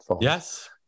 Yes